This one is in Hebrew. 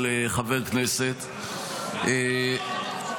מה קורה אצלכם?